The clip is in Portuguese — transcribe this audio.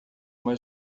uma